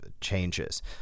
changes